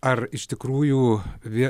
ar iš tikrųjų vien